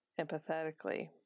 empathetically